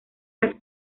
las